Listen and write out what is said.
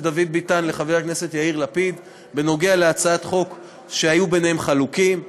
דוד ביטן לחבר הכנסת יאיר לפיד בנוגע להצעת החוק שהיו חלוקים ביניהם.